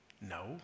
No